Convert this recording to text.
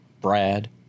Brad